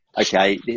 okay